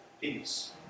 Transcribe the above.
peace